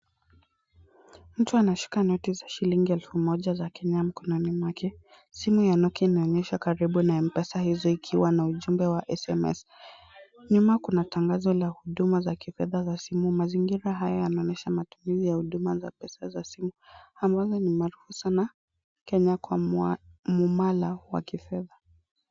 Mtu anashika noti za shilingi elfu moja za Kenya mkononi mwake. Simu ya Nokia inaonyesha karibu na Mpesa hizo ikiwa na ujumbe wa SMS. Nyuma kuna tangazo la huduma za kifedha za simu. Mazingira haya yanaonyesha matumizi ya huduma za pesa za simu ambazo ni maarufu sana Kenya kwa mumala wa kifedha.